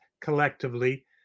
collectively